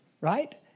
right